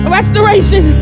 Restoration